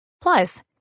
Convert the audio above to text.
Plus